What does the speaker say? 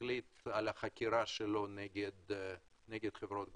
על החקירה שלו נגד חברות גז.